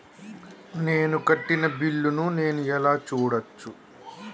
నేను కట్టిన బిల్లు ను నేను ఎలా చూడచ్చు?